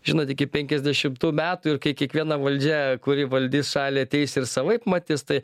žinot iki penkiasdešimtų metų ir kai kiekviena valdžia kuri valdys šalį ateis ir savaip matys tai